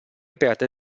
perde